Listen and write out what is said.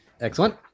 excellent